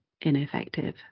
ineffective